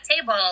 table